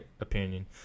opinion